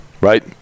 Right